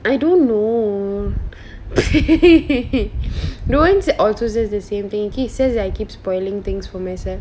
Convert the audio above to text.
I don't know rowen also says the same things he says I keep spoiling things for myself